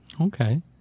Okay